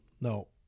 No